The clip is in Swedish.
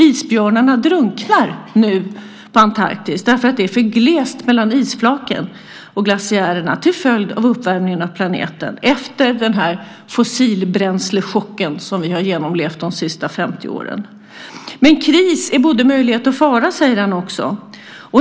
Isbjörnarna drunknar nu på Antarktis för att det är för glest mellan isflaken och glaciärerna till följd av uppvärmningen av planeten efter den fossilbränslechock som vi har genomlevt de senaste 50 åren. Men kris är både möjlighet och fara, säger han också.